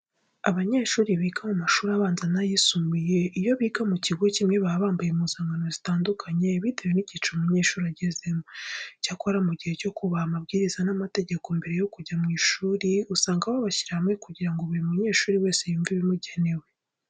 Abanyeshuri biga mu mashuri abanza n'ayisumbuye, iyo biga ku kigo kimwe baba bambaye impuzankano zitandukanye bitewe n'icyiciro umunyeshuri agezemo. Icyakora mu gihe cyo kubaha amabwiriza n'amategeko mbere yo kujya mu ishuri, usanga babashyira hamwe kugira ngo buri munyeshuri wese yumve ibimugenewe.